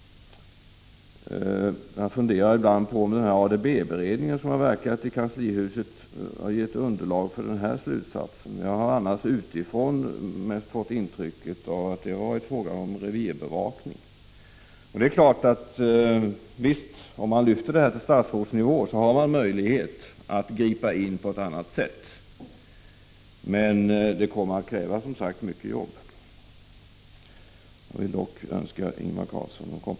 Jag funderar ibland om det är ADB-beredningen, som verkat inom kanslihuset, som har gett underlag för den här slutsatsen. Vi har annars mest fått intrycket att det är fråga om revirbevakning. Men lyfter man det hela till statsrådsnivå, har man möjlighet att gripa in på ett helt annat sätt. Men det kommer att kräva som sagt mycket arbete. Jag vill dock önska Ingvar Carlsson & Co.